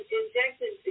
injected